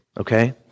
okay